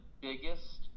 biggest